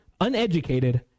uneducated